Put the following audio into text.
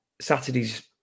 Saturday's